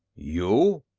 you,